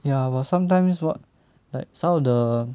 ya but sometimes what like some of the